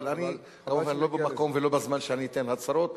אבל אני כמובן לא במקום ולא בזמן שאתן הצהרות,